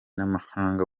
n’amahanga